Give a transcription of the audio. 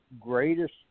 greatest